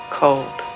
cold